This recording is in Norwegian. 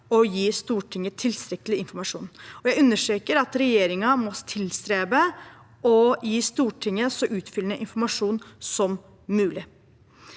å gi Stortinget tilstrekkelig informasjon. Jeg understreker at regjeringen må tilstrebe å gi Stortinget så utfyllende informasjon som mulig.